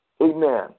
Amen